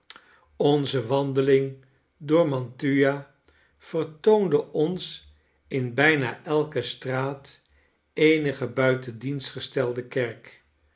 onze wandeling door mantua vertoonde ons in bijna elke straat eenige buiten dienst gestelde kerk